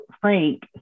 frank